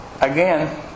Again